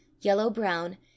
Yellow-brown